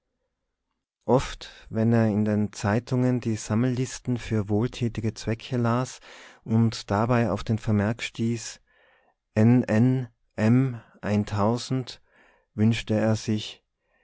oft wenn er in den zeitungen die sammellisten für wohltätige zwecke las und dabei auf den vermerk stieß n n m wünschte er sich